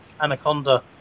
Anaconda